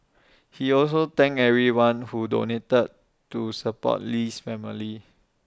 he also thanked everyone who donated to support Lee's family